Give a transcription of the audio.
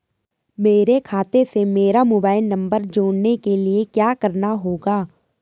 मेरे खाते से मेरा मोबाइल नम्बर जोड़ने के लिये क्या करना होगा?